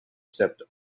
stepped